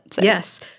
Yes